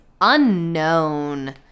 unknown